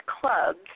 clubs